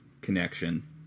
connection